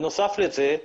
בנוסף לזה,